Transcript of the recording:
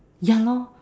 ya lor